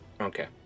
Okay